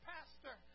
Pastor